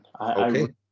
Okay